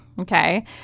okay